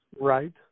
Right